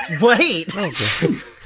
Wait